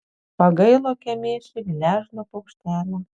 pagailo kemėšiui gležno paukštelio